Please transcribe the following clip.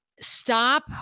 stop